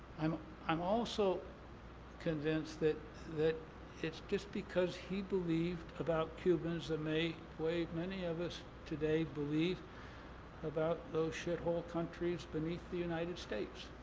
i'm i'm also convinced that that it's just because he believed about cubans the way many of us today believe about those shithole countries beneath the united states.